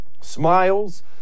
smiles